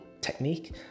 technique